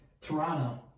Toronto